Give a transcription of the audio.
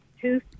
two